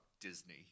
Disney